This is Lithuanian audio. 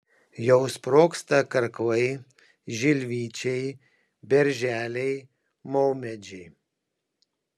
jau sprogsta karklai žilvičiai berželiai maumedžiai